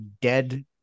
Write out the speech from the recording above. dead